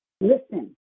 Listen